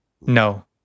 No